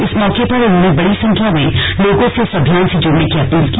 इस मौके पर उन्होंने बड़ी संख्या में लोगों से इस अभियान से जुड़ने की अपील की